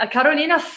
Carolina